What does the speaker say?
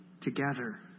together